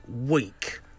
Weak